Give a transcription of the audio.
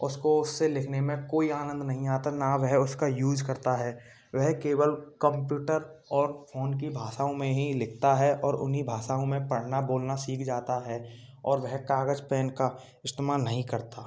उसको उससे लिखने में कोई आनंद नहीं आता ना वह उसका यूज करता है वह केवल कम्प्यूटर और फ़ोन की भाषाओं में ही लिखता है और उन्हीं भाषाओं में पढ़ना बोलना सीख जाता है और वह कागज़ पेन का इस्तेमाल नहीं करता